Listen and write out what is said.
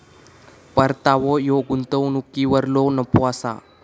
परतावो ह्यो गुंतवणुकीवरलो नफो असा